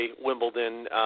Wimbledon